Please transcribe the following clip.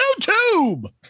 YouTube